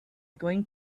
going